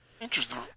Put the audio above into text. Interesting